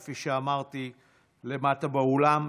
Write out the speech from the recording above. כפי שאמרתי למטה באולם,